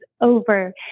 over